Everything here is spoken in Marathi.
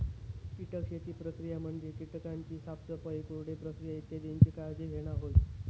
कीटक शेती प्रक्रिया म्हणजे कीटकांची साफसफाई, कोरडे प्रक्रिया इत्यादीची काळजी घेणा होय